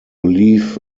leave